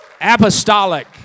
apostolic